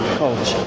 coach